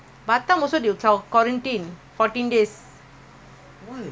people want to go back to batam got family there